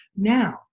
now